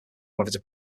whether